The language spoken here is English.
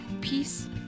peace